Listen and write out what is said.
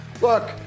look